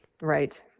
Right